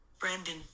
Brandon